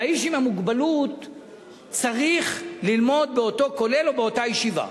והוא צריך ללמוד באותו כולל או באותה ישיבה.